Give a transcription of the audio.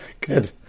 Good